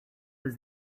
was